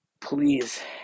please